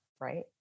right